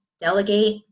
delegate